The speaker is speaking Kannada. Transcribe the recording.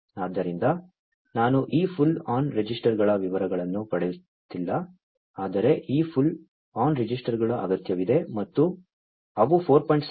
ಆದ್ದರಿಂದ ನಾನು ಈ ಪುಲ್ ಆನ್ ರೆಜಿಸ್ಟರ್ಗಳ ವಿವರಗಳನ್ನು ಪಡೆಯುತ್ತಿಲ್ಲ ಆದರೆ ಈ ಪುಲ್ ಆನ್ ರಿಜಿಸ್ಟರ್ಗಳು ಅಗತ್ಯವಿದೆ ಮತ್ತು ಅವು 4